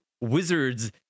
wizards